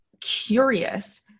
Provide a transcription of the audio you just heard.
curious